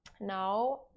now